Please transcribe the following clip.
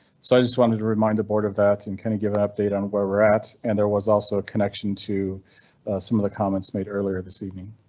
so i just wanted to remind the board of that and kind of give an update on where we're at and there was also a connection to some of the comments made earlier this evening.